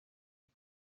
les